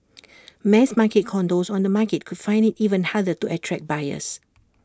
mass market condos on the market could find IT even harder to attract buyers